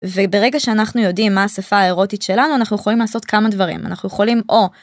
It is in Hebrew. וברגע שאנחנו יודעים מה השפה האירוטית שלנו אנחנו יכולים לעשות כמה דברים, אנחנו יכולים או...